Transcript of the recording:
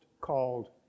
called